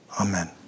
Amen